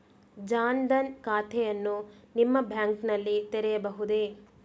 ಜನ ದನ್ ಖಾತೆಯನ್ನು ನಿಮ್ಮ ಬ್ಯಾಂಕ್ ನಲ್ಲಿ ತೆರೆಯಬಹುದೇ?